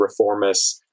reformists